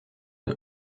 der